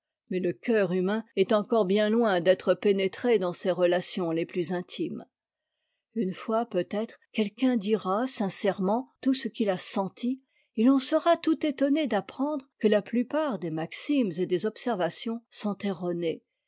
mais le cœur humain est encore bien loin d'être pénétré dans ses relations les plus intimes une fois peut-être quelqu'un dira sincèrement tout ce qu'il a senti et l'on sera tout étonné d'apprendre que la plupart des maximes et des observations sont